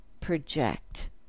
project